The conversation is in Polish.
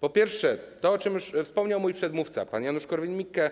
Po pierwsze, o czym już wspomniał mój przedmówca - pan Janusz Korwin-Mikke,